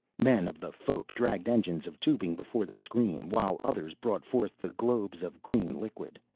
men of the folk dragged engines of tubing before the screen, while others brought forth the globes of green liquid.